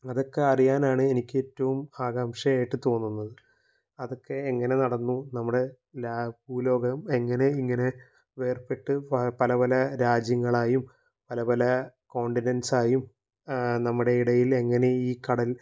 അതൊക്കെ അറിയാനാണ് എനിക്കേറ്റവും ആകാംക്ഷയായിട്ട് തോന്നുന്നത് അതൊക്കെ എങ്ങനെ നടന്നു നമ്മുടെ ഭൂലോകം എങ്ങനെ ഇങ്ങനെ വേർപെട്ടു പലപല രാജ്യങ്ങളായും പലപല കോണ്ടിനെന്റ്സായും നമ്മുടെ ഇടയിൽ എങ്ങനെ ഈ കടൽ